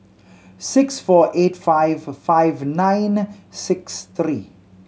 six four eight five five nine six three